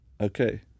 okay